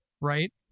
Right